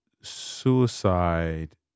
suicide